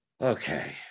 Okay